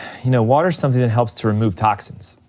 you know, water's something that helps to remove toxins.